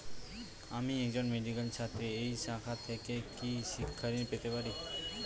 আমি একজন মেডিক্যাল ছাত্রী এই শাখা থেকে কি শিক্ষাঋণ পেতে পারি?